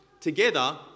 together